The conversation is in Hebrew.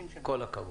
ממשיכה.